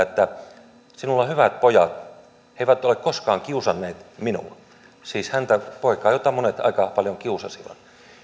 että sinulla on hyvät pojat he eivät ole koskaan kiusanneet minua siis häntä poikaa jota monet aika paljon kiusasivat